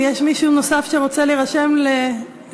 אם יש מישהו נוסף שרוצה להירשם לדבר,